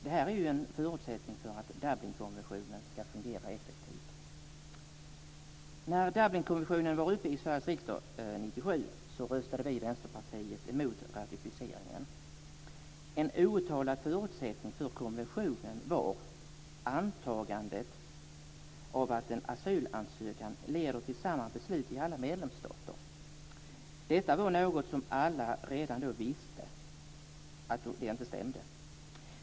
Det är en förutsättning för att Dublinkonventionen ska fungera effektivt. När Dublinkonventionen var uppe i Sveriges riksdag 1997 röstade vi i Vänsterpartiet emot ratificeringen. En outtalad förutsättning för konventionen var antagandet av att en asylansökan leder till samma beslut i alla medlemsstater. Detta var något som alla redan då visste inte stämde.